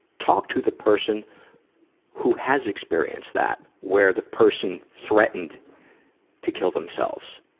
talk to the person who has experienced that, where the person threatened to kill themselves